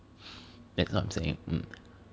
that's what I'm saying